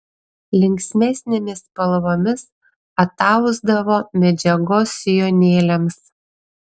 linksmesnėmis spalvomis atausdavo medžiagos sijonėliams